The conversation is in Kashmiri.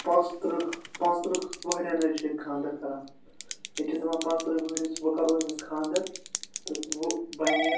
پانٛژ تٕرٛہ پانٛژ تٕرٛہ وُہریٚن حظ چھِ ییٚتہِ خانٛدَر کَران ییٚتہِ چھِ دَپان پانٛژ تٕرٛہ ؤہرِس وۄنۍ کَرو أمِس خانٛدَر تہٕ وۄنۍ بَنہِ یہِ